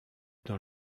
dans